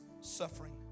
suffering